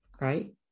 right